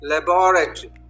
Laboratory